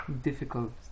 difficult